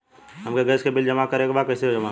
हमके गैस के बिल जमा करे के बा कैसे जमा होई?